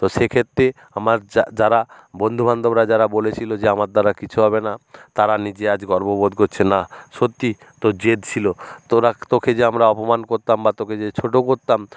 তো সেক্ষেত্রে আমার যারা বন্ধুবান্ধবরা যারা বলেছিলো যে আমার দ্বারা কিছু হবে না তারা নিজে আজ গর্ব বোধ করছে না সত্যিই তোর জেদ ছিল তোরা তোকে যে আমরা অপমান করতাম বা তোকে যে ছোট করতাম